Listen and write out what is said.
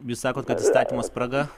jūs sakot kad įstatymo spraga